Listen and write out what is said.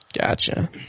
gotcha